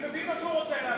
אני מבין מה שהוא רוצה להגיד.